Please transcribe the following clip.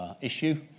Issue